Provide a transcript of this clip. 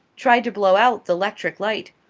tried to blow out the lectric light,